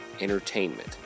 Entertainment